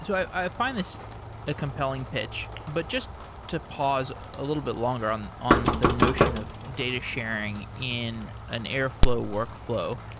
so i find this a compelling pitch, but just to pause a little bit longer on on the notion of data sharing in an airflow workflow,